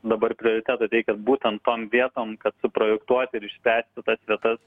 dabar prioritetą teikia būtent tom vietom kad suprojektuoti ir išspręsti tas vietas